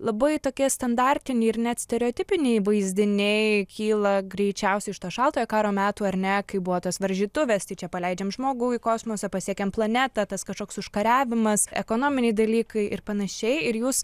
labai tokie standartiniai ir net stereotipiniai vaizdiniai kyla greičiausiai iš to šaltojo karo metų ar ne kaip buvo tos varžytuvės tai čia paleidžiam žmogų į kosmosą pasiekiam planetą tas kažkoks užkariavimas ekonominiai dalykai ir panašiai ir jūs